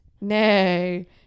Nay